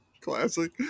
classic